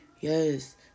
Yes